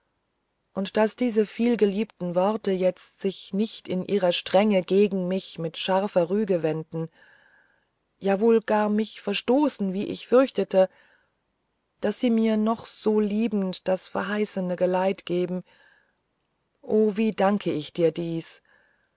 und daß diese vielgeliebten worte jetzt sich nicht in ihrer strenge gegen mich mit scharfer rüge wenden ja wohl gar mich verstoßen wie ich fürchtete daß sie mir noch so liebend das verheißende geleit geben o wie danke ich dir dies